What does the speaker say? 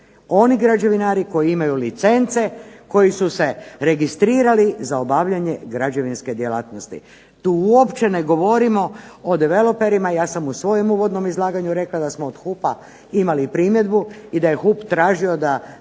Oni građevinari koji imaju licence koji su se registrirali za obavljanje građevinske djelatnosti. Tu uopće ne govorimo o developerima. Ja sam u svom uvodnom izlaganju rekla da smo od HUP-a imali primjedbu i da je HUP tražio da